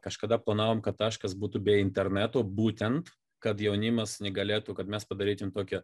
kažkada planavom kad taškas būtų be interneto būtent kad jaunimas negalėtų kad mes padarytume tokią